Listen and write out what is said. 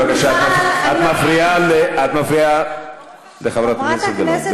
מיכל, אני, את מפריעה לחברת הכנסת גלאון.